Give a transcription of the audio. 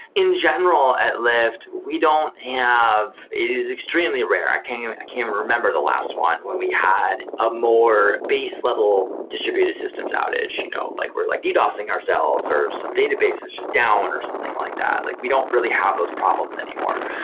in general, at lyft we don't have it's extremely rare. i can't i can't remember the last one when we had a more base level distributed systems outage, you know like we're like ddosing ourselves, or some database is just down, or something like that. like we don't really have those problems anymore.